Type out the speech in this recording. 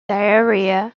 diarrhea